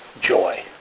joy